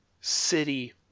city